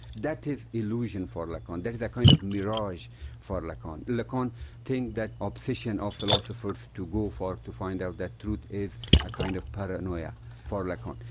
that is illusion for lacan. that is a kind of mirage for lacan. lacan think that obsession of philosophers, to go for. to find out that truth, is a kind of paranoia for lacan.